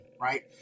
Right